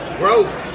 growth